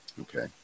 Okay